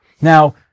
Now